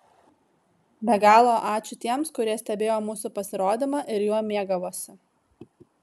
be galo ačiū tiems kurie stebėjo mūsų pasirodymą ir juo mėgavosi